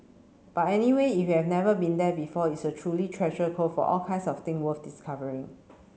but anyway if you have never been there before it's a truly treasure trove of all kinds of thing worth discovering